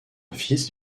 fils